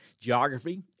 Geography